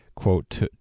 quote